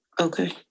Okay